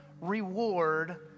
reward